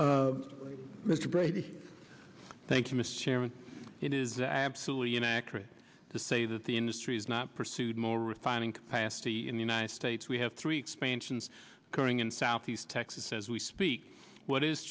those mr brady thank you mr chairman it is that absolutely inaccurate to say that the industry is not pursued more refining capacity in the united states we have three expansions occurring in southeast texas as we speak what is